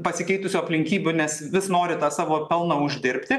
pasikeitusių aplinkybių nes vis nori tą savo pelną uždirbti